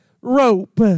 rope